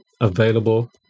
available